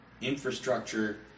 infrastructure